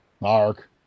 Mark